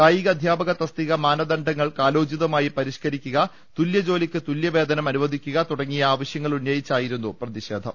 കായിക അധ്യാപക തസ്തിക മാനദണ്ഡങ്ങൾ കാ ലോചിതമായി പരിഷ്കരിക്കുക തുല്യജോലിക്ക് തുല്യവേതനം അ നുവദിക്കുക തുടങ്ങിയ ആവശ്യങ്ങൾ ഉന്നയിച്ചായിരുന്നു പ്രതിഷേ നം